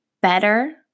better